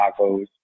Tacos